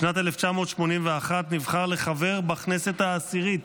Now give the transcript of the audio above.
בשנת 1981 נבחר לחבר בכנסת העשירית